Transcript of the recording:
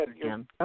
again